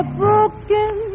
broken